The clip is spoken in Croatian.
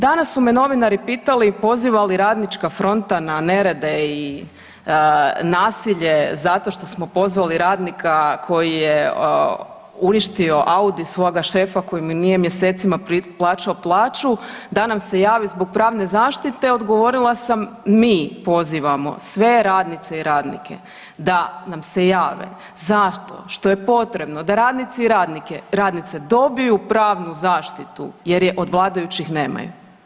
Danas su me novinari pitali poziva li Radnička fronta na nerede i nasilje zato što smo pozvali radnika koji je uništio Audi svoga šefa koji mu nije mjesecima plaćao plaću da nam se javi zbog pravne zaštite, odgovorila sam mi pozivamo sve radnice i radnike da nam se jave zato što je potrebno da radnici i radnice dobiju pravnu zaštitu jer je od vladajućih nemaju.